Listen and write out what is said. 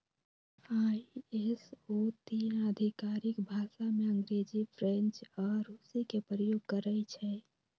ISO तीन आधिकारिक भाषामें अंग्रेजी, फ्रेंच आऽ रूसी के प्रयोग करइ छै